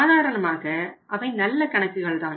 சாதாரணமாக அவை நல்ல கணக்குகள் தான்